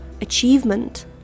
achievement